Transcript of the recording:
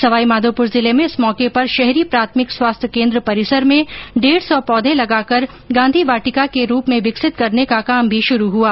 सवाईमाधोपुर जिले में इस मौके पर शहरी प्राथमिक स्वास्थ्य केन्द्र परिसर में डेढ सौ पौधे लगाकर गाँधी वाटिका के रूप में विकसित करने का काम भी शुरू हुआ